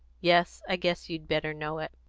yes, i guess you'd better know it.